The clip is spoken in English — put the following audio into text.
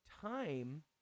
Time